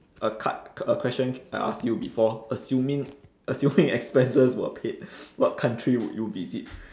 a card a question I asked you before assuming assuming expenses were paid what country would you visit